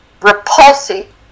repulsive